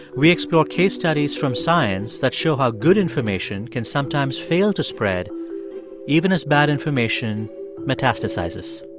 we explore case studies from science that show how good information can sometimes fail to spread even as bad information metastasizes